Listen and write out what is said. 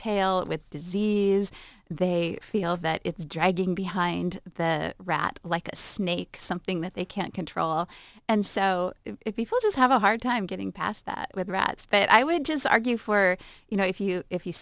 tail with disease they feel that it's dragging behind the rat like a snake something that they can't control and so people just have a hard time getting past that with rats but i would just argue for you know if you if you